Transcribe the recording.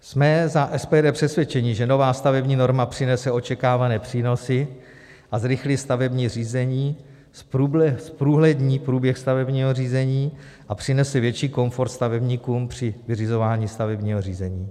Jsme za SPD přesvědčeni, že nová stavební norma přinese očekávané přínosy a zrychlí stavební řízení, zprůhlední průběh stavebního řízení a přinese větší komfort stavebníkům při vyřizování stavebního řízení.